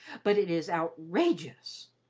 but it is outrageous.